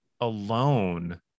alone